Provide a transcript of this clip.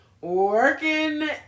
working